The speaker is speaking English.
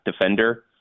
defender